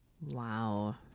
wow